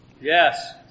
Yes